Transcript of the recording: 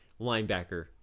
linebacker